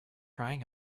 crying